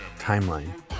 timeline